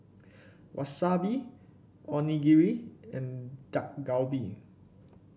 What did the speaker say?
Wasabi Onigiri and Dak Galbi